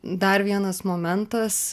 dar vienas momentas